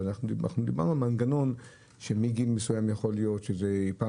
ואנחנו דיברנו על מנגנון שמגיל מסוים יכול להיות שפעם